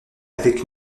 avec